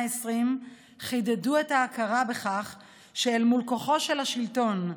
ה-20 חידדו את ההכרה בכך שאל מול כוחו של השלטון,